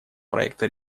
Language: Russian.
проекта